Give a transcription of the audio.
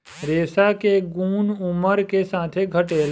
रेशा के गुन उमर के साथे घटेला